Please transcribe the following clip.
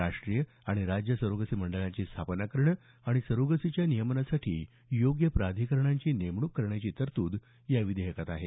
राष्टीय आणि राज्य सरोगसी मंडळाची स्थापना करणं आणि सरोगसीच्या नियमनासाठी योग्य प्राधिकरणांची नेमणूक करण्याची तरतूद या विधेयकात आहे